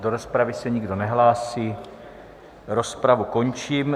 Do rozpravy se nikdo nehlásí, rozpravu končím.